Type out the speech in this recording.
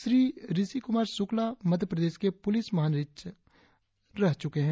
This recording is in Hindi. श्री ऋषिकुमार शुक्ला मध्यप्रदेश के पुलिस महानिरीक्षक रह चुके है